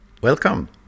Welcome